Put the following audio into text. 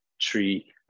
tree